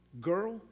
girl